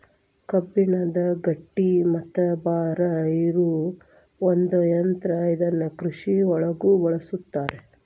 ಕಬ್ಬಣದ ಗಟ್ಟಿ ಮತ್ತ ಭಾರ ಇರು ಒಂದ ಯಂತ್ರಾ ಇದನ್ನ ಕೃಷಿ ಒಳಗು ಬಳಸ್ತಾರ